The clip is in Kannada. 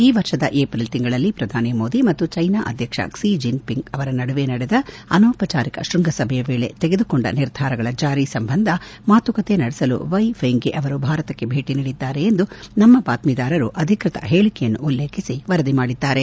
ಈ ವರ್ಷದ ಏಪ್ರಿಲ್ ತಿಂಗಳಲ್ಲಿ ಪ್ರಧಾನಿ ಮೋದಿ ಮತ್ತು ಚೈನಾ ಅಧ್ಯಕ್ಷ ಕ್ಲಿ ಜೆನ್ಪಿಂಗ್ ಅವರ ನಡುವೆ ನಡೆದ ಅನೌಪಚಾರಿಕ ಶೃಂಗಸಭೆಯ ವೇಳೆ ತೆಗೆದುಕೊಂಡ ನಿರ್ಧಾರಗಳ ಜಾರಿ ಸಂಬಂಧ ಮಾತುಕತೆ ನಡೆಸಲು ವೈ ಫೆಂಘ ಅವರು ಭಾರತಕ್ಕೆ ಭೇಟ ನೀಡಿದ್ದಾರೆ ಎಂದು ನಮ್ಮ ಬಾತ್ತೀದಾರರು ಅಧಿಕೃತ ಹೇಳಿಕೆಯನ್ನುಲ್ಲೇಖಿಸಿ ವರದಿ ಮಾಡಿದ್ದಾರೆ